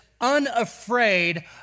unafraid